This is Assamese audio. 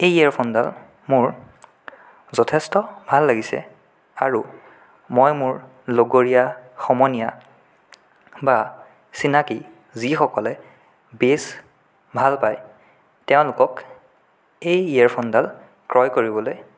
এই ইয়েৰফোনডাল মোৰ যথেষ্ট ভাল লাগিছে আৰু মই মোৰ লগৰীয়া সমনীয়া বা চিনাকি যিসকলে বেছ ভাল পায় তেওঁলোকক এই ইয়েৰফোনডাল ক্ৰয় কৰিবলৈ